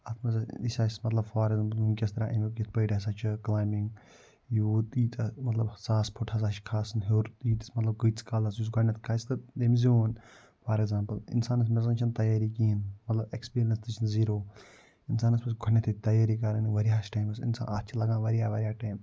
اَتھ منٛز آسہِ یہِ چھِ اَسہِ مطلب فار اٮ۪گزامپُل ؤنکیٚس ترٲیہِ امیُک یِتھ پٲٹھۍ ہسا چھِ کٔلایمِنٛگ یوٗت مطلب ییٖتیاہ ساس فُٹ ہسا چھِ کھسُن ہیٚور ییٖتِس مطلب کۭتِس کالَس یُس گۄڈٕنٮ۪تھ کھسہِ تہِ تٔمۍ زیوٗن فار اٮ۪گزامپُل اِنسانَس زَنہٕ چھِنہٕ تیٲری کِہیٖنۍ مطلب اٮ۪کٕسپریٖنَس تہِ چھِ زیٖرَو اِنسانَس پَزِ گۄڈٕنٮ۪تھٕے تیٲری کَرٕنۍ واریاہَس ٹایمَس اِنسان اَتھ چھِ لَگان واریاہ واریاہ ٹایِم